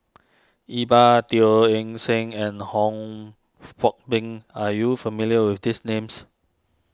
Iqbal Teo Eng Seng and Hong Fong Beng are you familiar with these names